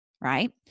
right